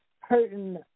hurting